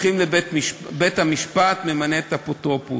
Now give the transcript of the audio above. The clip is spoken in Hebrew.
בית-המשפט ממנה את האפוטרופוס.